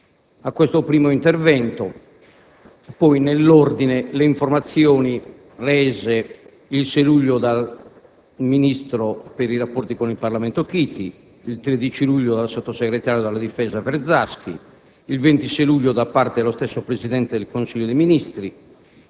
A questo primo intervento sono seguite poi, nell'ordine, le informazioni rese il 6 luglio dal ministro per i rapporti con il Parlamento Chiti, il 13 luglio dal sottosegretario per la difesa Verzaschi, il 26 luglio da parte dello stesso Presidente del Consiglio dei ministri,